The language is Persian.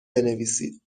بنویسید